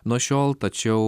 nuo šiol tačiau